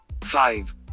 five